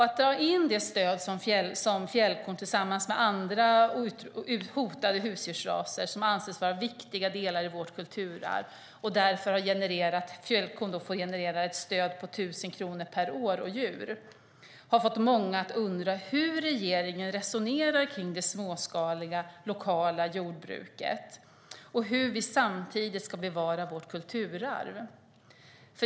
Att dra in det stöd som fjällkon, tillsammans med andra hotade husdjursraser som anses vara viktiga delar i vårt kulturarv, har genererat på 1 000 kronor per år och djur har fått många att undra hur regeringen resonerar kring det småskaliga, lokala jordbruket och hur vi samtidigt ska bevara vårt kulturarv.